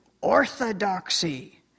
orthodoxy